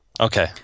okay